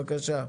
בבקשה.